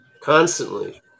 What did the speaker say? constantly